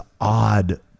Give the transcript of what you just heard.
odd